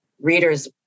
readers